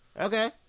okay